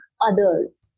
others